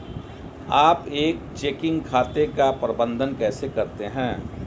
आप एक चेकिंग खाते का प्रबंधन कैसे करते हैं?